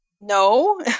No